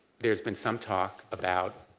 there's been some talk about